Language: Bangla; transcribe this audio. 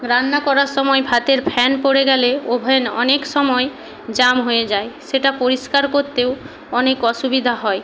রান্নার করার সময় ভাতের ফ্যান পড়ে গেলে ওভেন অনেক সময় জাম হয়ে যায় সেটা পরিষ্কার করতেও অনেক অসুবিধা হয়